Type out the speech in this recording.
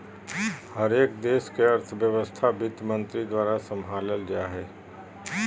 हरेक देश के अर्थव्यवस्था वित्तमन्त्री द्वारा सम्भालल जा हय